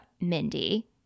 Mindy